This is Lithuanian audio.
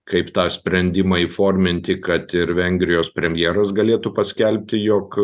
kaip tą sprendimą įforminti kad ir vengrijos premjeras galėtų paskelbti jog